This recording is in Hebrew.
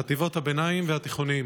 חטיבות הביניים והתיכונים.